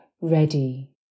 ready